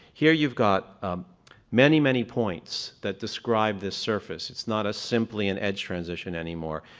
here you've got many, many points that describe this surface. it's not a simply an edge transition anymore.